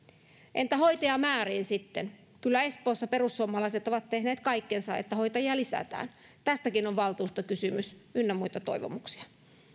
entä hoitajamäärät sitten kyllä espoossa perussuomalaiset ovat tehneet kaikkensa että hoitajia lisätään tästäkin on valtuustokysymys ynnä muita toivomuksia